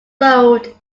road